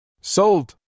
Sold